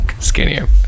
skinnier